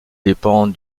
dépend